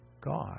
God